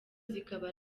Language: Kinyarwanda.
zikaba